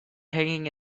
hanging